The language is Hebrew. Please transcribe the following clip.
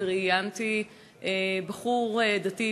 ראיינתי בחור דתי,